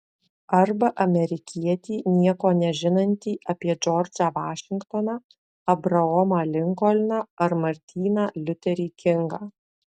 arba amerikietį nieko nežinantį apie džordžą vašingtoną abraomą linkolną ar martyną liuterį kingą